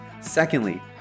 Secondly